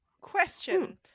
Question